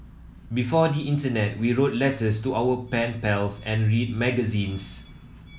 before the internet we wrote letters to our pen pals and read magazines